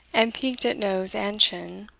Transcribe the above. and peaked at nose and chin,